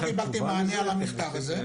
כאמור, לא קיבלתי מענה על המכתב הזה.